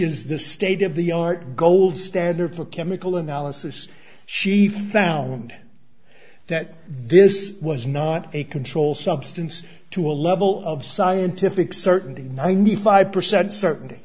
is the state of the art gold standard for chemical analysis she found that this was not a controlled substance to a level of scientific certainty ninety five percent certainty